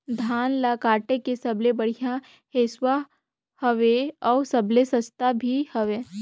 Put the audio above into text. धान ल काटे के सबले बढ़िया हंसुवा हवये? अउ सबले सस्ता भी हवे?